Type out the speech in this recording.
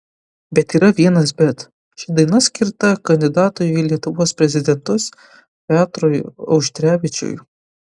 bet yra vienas bet ši daina skirta kandidatui į lietuvos prezidentus petrui auštrevičiui